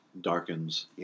darkens